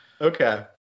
Okay